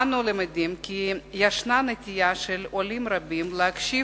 אנו למדים כי יש נטייה של עולים רבים להקשיב